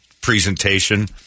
presentation